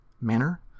manner